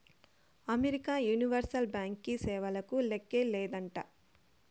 America universal బ్యాంకీ సేవలకు లేక్కే లేదంట